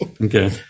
Okay